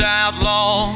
outlaw